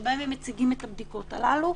שבהן הם מציגים את הבדיקות הללו.